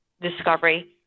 discovery